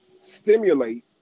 stimulate